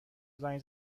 زنگ